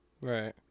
Right